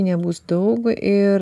nebus daug ir